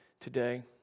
today